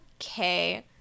okay